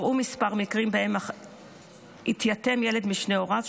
אירעו כמה מקרים שבהם התייתם ילד משני הוריו,